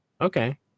okay